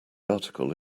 article